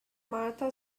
martha